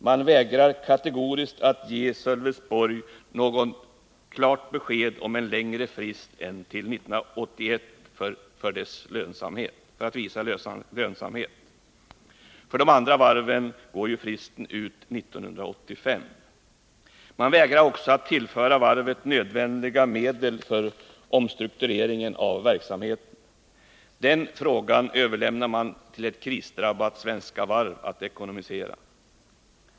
Man vägrar kategoriskt att ge Sölvesborgs varv klart besked om huruvida man skall få en längre frist än till 1981 för att visa lönsamhet. För de andra varven går fristen ut 1985. Man vägrar också att tillföra varvet nödvändiga medel för omstruktureringen av verksamheten. Den frågan överlämnar man till ett krisdrabbat Svenska Varv.